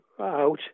out